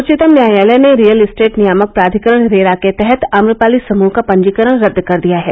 उच्चतम न्यायालय ने रियेल एस्टेट नियामक प्राधिकरण रेरा के तहत आम्रपाली समूह का पंजीकरण रद्द कर दिया है